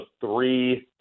three